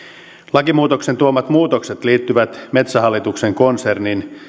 lakimuutoksen tuomat muutokset liittyvät metsähallituksen konsernin